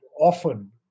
often